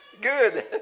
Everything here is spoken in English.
Good